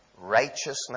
righteousness